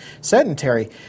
sedentary